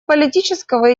политического